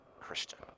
christian